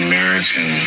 American